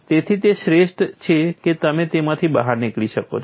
તેથી તે શ્રેષ્ઠ છે કે તમે તેમાંથી બહાર નીકળી શકો છો